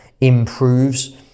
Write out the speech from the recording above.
improves